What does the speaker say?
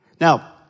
Now